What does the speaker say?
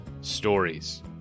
stories